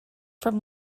from